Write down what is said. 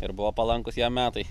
ir buvo palankūs jam metai